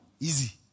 Easy